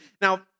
Now